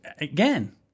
again